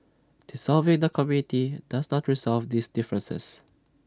dissolving the committee does not resolve these differences